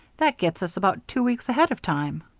that gets us about two weeks ahead of time.